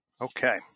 Okay